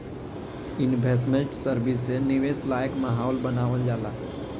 investment service से निवेश लायक माहौल बानावल जाला